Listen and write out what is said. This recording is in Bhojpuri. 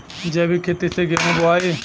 जैविक खेती से गेहूँ बोवाई